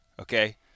okay